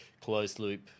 closed-loop